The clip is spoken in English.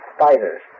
spiders